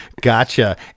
Gotcha